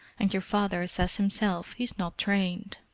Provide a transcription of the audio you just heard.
and your father says himself he's not trained.